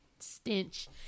Stench